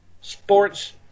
sports